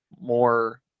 more